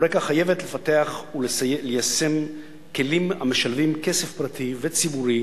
"יוריקה" חייבת לפתח וליישם כלים המשלבים כסף פרטי וציבורי